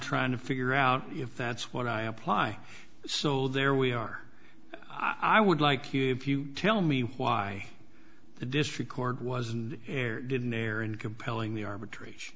trying to figure out if that's what i apply so there we are i would like you if you tell me why the district court was and erred in there in compelling the arbitration